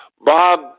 Bob